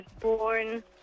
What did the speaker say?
born